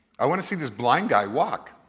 i wanna see this blind guy walk.